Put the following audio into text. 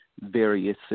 various